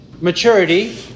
maturity